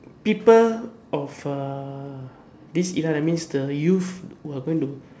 people of uh this era that means the youth who are going to